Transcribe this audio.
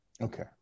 Okay